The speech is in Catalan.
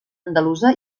andalusa